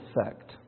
effect